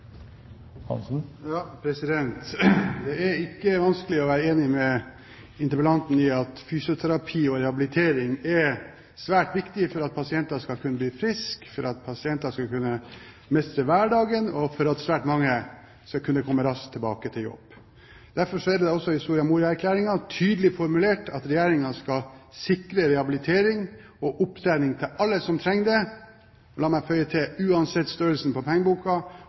ikke vanskelig å være enig med interpellanten i at fysioterapi og rehabilitering er svært viktig for at pasienter skal kunne bli friske, mestre hverdagen og komme raskt tilbake til jobb. Derfor er det da også i Soria Moria-erklæringen tydelig formulert at Regjeringen skal sikre rehabilitering og opptrening til alle som trenger det – og la meg tilføye: uansett størrelsen på pengeboka,